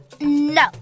No